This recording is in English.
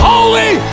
Holy